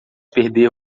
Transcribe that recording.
perder